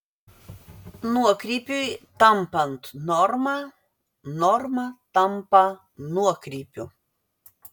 nuokrypiui tampant norma norma tampa nuokrypiu